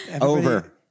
Over